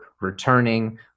returning